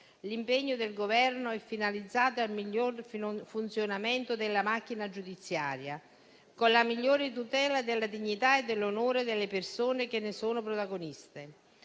L'impegno del Governo è finalizzato al miglior funzionamento della macchina giudiziaria, con la migliore tutela della dignità e dell'onore delle persone che ne sono protagoniste.